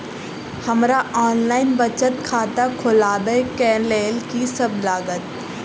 हमरा ऑनलाइन बचत खाता खोलाबै केँ लेल की सब लागत?